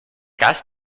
cas